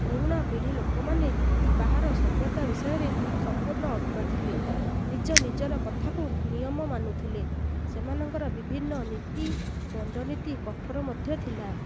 ପୁରୁଣା ପିଢ଼ି ଲୋକମାନେ ବାହାର ସଭ୍ୟତା ବିଷୟରେ ସମ୍ପୂର୍ଣ ଅଜ୍ଞ ଥିଲେ ନିଜ ନିଜର କଥାକୁ ନିୟମ ମାନୁଥିଲେ ସେମାନଙ୍କର ବିଭିନ୍ନ ନୀତି ଦଣ୍ଡ ନୀତି କଠୋର ମଧ୍ୟ ଥିଲା